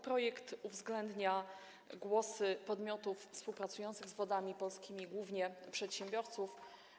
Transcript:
Projekt uwzględnia głosy podmiotów współpracujących z Wodami Polskimi, głównie przedsiębiorców.